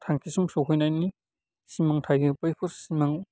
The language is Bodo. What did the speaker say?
थांखिसिम सहैनायनि सिमां थायो बैफोर सिमां